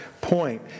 point